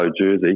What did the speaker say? jersey